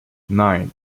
nine